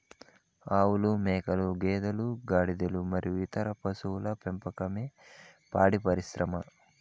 ఆవులు, మేకలు, గేదెలు, గాడిదలు మరియు ఇతర పశువుల పెంపకమే పాడి పరిశ్రమ